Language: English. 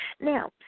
Now